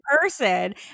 person